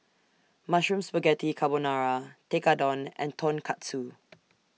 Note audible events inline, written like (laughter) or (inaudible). Mushroom Spaghetti Carbonara Tekkadon and Tonkatsu (noise)